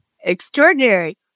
Extraordinary